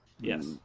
Yes